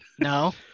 No